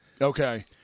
Okay